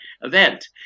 event